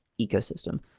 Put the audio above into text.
ecosystem